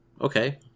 okay